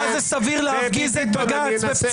אני אנסה --- הרי לך זה סביר להפגיז את בג"ץ בפצצה.